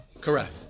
Correct